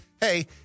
hey